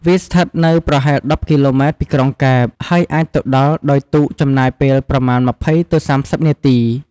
វាស្ថិតនៅប្រហែល ១០ គីឡូម៉ែត្រពីក្រុងកែប ហើយអាចទៅដល់ដោយទូកចំណាយពេលប្រមាណ ២០ ទៅ ៣០ នាទី។